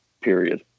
period